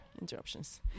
interruptions